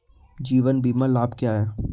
जीवन बीमा लाभ क्या हैं?